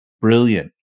Brilliant